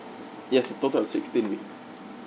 yes a total of sixteen weeks